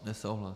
Nesouhlas.